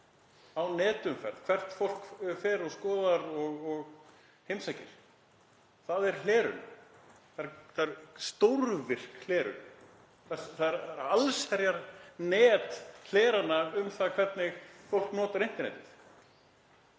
á netumferð, hvert fólk fer og hvað það skoðar og heimsækir. Það er hlerun, það er stórvirk hlerun, allsherjarhlerun á því hvernig fólk notar internetið.